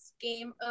game